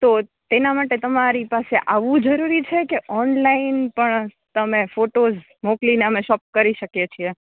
તો એના માટે તમારી પાસે આવું જરૂરી છે કે ઓનલાઈન પણ તમે ફોટોસ મોકલીને અમે શોપ કરી સકીએ છીએ